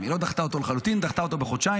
היא לא דחתה אותה לחלוטין, דחתה אותה בחודשיים.